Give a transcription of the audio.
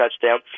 touchdown